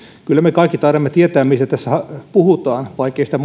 kyllä me kaikki taidamme tietää mistä tässä puhutaan vaikkei sitä